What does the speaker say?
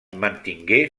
mantingué